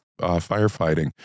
firefighting